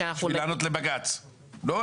בשביל לענות לבג"ץ, לא?